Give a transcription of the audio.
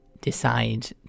decide